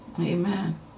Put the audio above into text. Amen